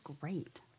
Great